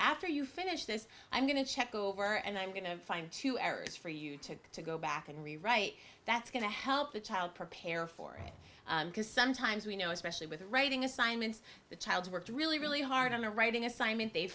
after you finish this i'm going to check over and i'm going to find two errors for you to to go back and rewrite that's going to help the child prepare for it because sometimes we know especially with writing assignments the child worked really really hard on a writing assignment they